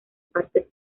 partes